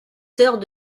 sœurs